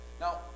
now